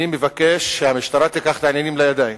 אני מבקש שהמשטרה תיקח את העניינים לידיים.